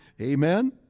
Amen